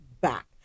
back